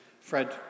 Fred